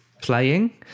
playing